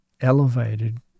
elevated